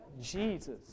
Jesus